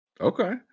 Okay